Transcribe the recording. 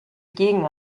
gegen